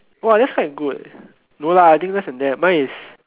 !wah! that's quite good no lah I think less than that mine is